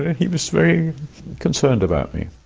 and he was very concerned about me.